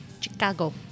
Chicago